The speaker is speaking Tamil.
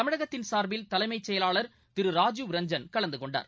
தமிழகத்தின் சார்பில் தலைமைச் செயலாளர் திரு ராஜீவ் ரஞ்சன் கலந்து கொண்டார்